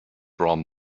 from